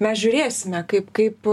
mes žiūrėsime kaip kaip